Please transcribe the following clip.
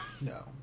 no